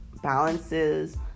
balances